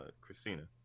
Christina